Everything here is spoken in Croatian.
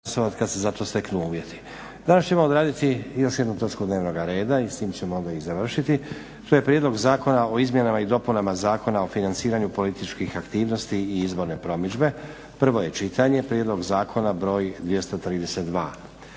**Stazić, Nenad (SDP)** Danas ćemo odraditi još jednu točku dnevnog reda i s tim ćemo odmah i završiti. To je Prijedlog zakona o izmjenama i dopunama Zakona o financiranju političkih aktivnosti i izborne promidžbe, prvo čitanje, PZ br. 232